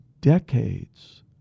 decades